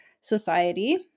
society